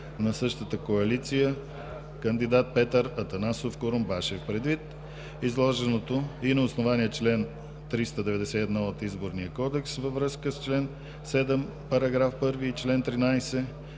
на същата коалиция кандидат Петър Атанасов Курумбашев. Предвид изложеното и на основание чл. 391 от Изборния кодекс във връзка с чл. 7, § 1 и чл. 13,